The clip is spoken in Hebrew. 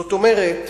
זאת אומרת,